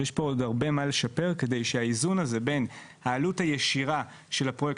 יש פה עוד הרבה מה לשפר כדי שהאיזון הזה בין העלות הישירה של הפרויקט